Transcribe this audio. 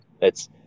That's-